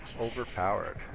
Overpowered